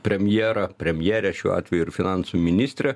premjerą premjerę šiuo atveju ir finansų ministrę